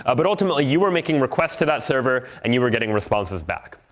ah but ultimately, you were making requests to that server, and you were getting responses back.